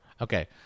okay